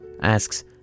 asks